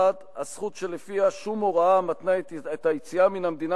1. הזכות שלפיה "שום הוראה המתנה את היציאה מן המדינה